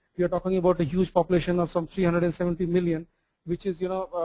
we're talking about the huge population of some three hundred and seventy million which is, you know,